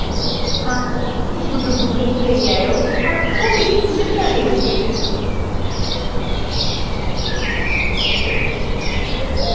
आं डुब्बू कन्नै लेई आयो आं घर आनियै कुन्नै रुट्टी बनानी भी